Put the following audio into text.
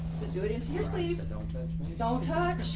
to do it in tears please don't touch don't touch